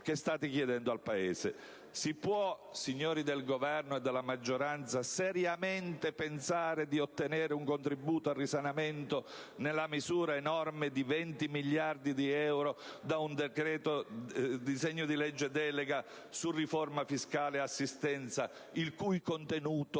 che state chiedendo al Paese. Si può, signori del Governo e della maggioranza, pensare seriamente di ottenere un contributo al risanamento nella misura enorme di 20 miliardi di euro da un disegno di legge delega sulla riforma fiscale e sull'assistenza, il cui contenuto